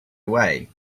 away